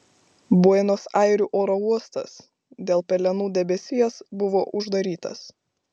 buenos airių oro uostas dėl pelenų debesies buvo uždarytas